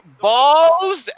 balls